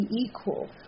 equal